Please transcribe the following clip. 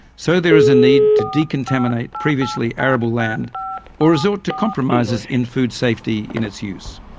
so there is a need to decontaminate previously arable land or resort to compromises in food safety in its use.